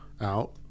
out